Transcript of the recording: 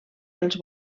dels